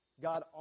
God